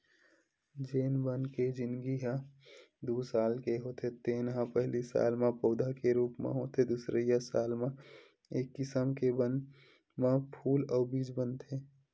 जेन बन के जिनगी ह दू साल के होथे तेन ह पहिली साल म पउधा के रूप म होथे दुसरइया साल म ए किसम के बन म फूल अउ बीज बनथे